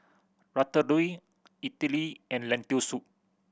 Ratatouille Idili and Lentil Soup